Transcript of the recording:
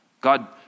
God